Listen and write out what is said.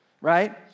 right